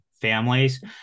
families